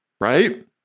Right